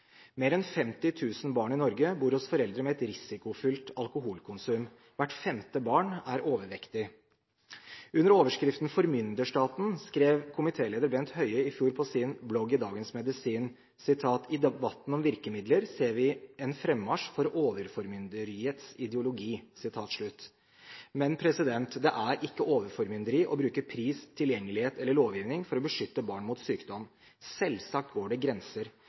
Mer enn 50 000 barn i Norge bor hos foreldre med et risikofylt alkoholkonsum. Hvert femte barn er overvektig. Under overskriften «Formynderstaten» skrev komitéleder Bent Høie i fjor på sin blogg i Dagens Medisin: «Det er i debatten om virkemidler, at vi nå ser en fremmarsj for overformynderiets ideologi.» Men det er ikke overformynderi å bruke pris, tilgjengelighet eller lovgivning for å beskytte barn mot sykdom. Selvsagt går det grenser,